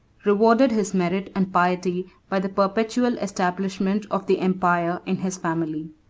rewarded his merit and piety by the perpetual establishment of the empire in his family.